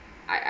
I I